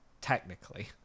Technically